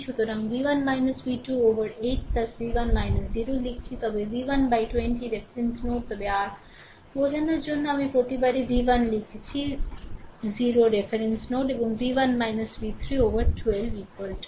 সুতরাং v1 v2 উপর 8 v1 0 লিখছি তবে v1 বাই 20 রেফারেন্স নোড তবে r বোঝার জন্য আমি প্রতিবারই v1 লিখেছি 0 রেফারেন্স নোড এবং v1 v3 উপর 12 2